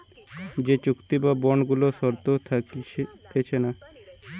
যে চুক্তি বা বন্ড গুলাতে শর্ত থাকতিছে না